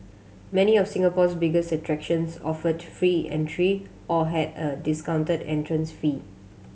many of Singapore's biggest attractions offered free entry or had a discounted entrance fee